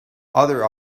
other